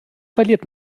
verliert